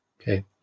Okay